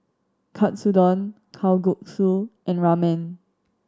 Katsudon Kalguksu and Ramen